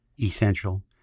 essential